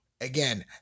Again